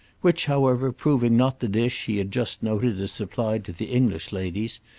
which, however proving not the dish he had just noted as supplied to the english ladies,